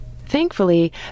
Thankfully